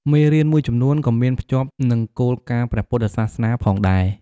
មេរៀនមួយចំនួនក៍មានភ្ជាប់និងគោលការណ៍ព្រះពុទ្ធសាសនាផងដែរ។